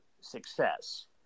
success